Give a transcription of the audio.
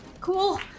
Cool